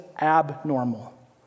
abnormal